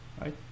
right